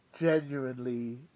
genuinely